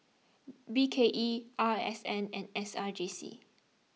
B K E R S N and S R J C